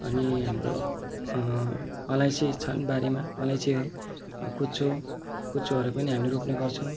अनि हाम्रो अलैँची छन् बारीमा अलैँची कुचो कुचोहरू पनि हामी रोप्ने गर्छौँ